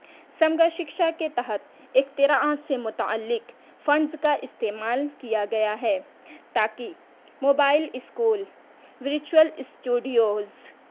سمگر سکشا کے تحت اختیارات سے متعلق فنڈز کا استعمال کیا گیا ہے تاکہ موبائل اسکول وریچول اسٹوڈیوز